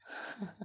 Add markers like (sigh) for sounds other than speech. (laughs)